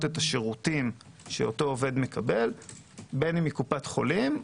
את השירותים שאותו עובד מקבל בין אם מקופת חולים,